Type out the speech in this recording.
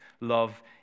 love